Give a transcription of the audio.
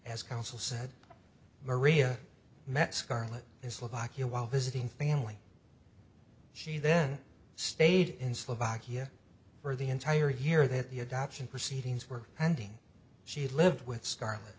as counsel said maria met scarlett is lucky while visiting family she then stayed in slovakia for the entire year that the adoption proceedings were pending she lived with scarlet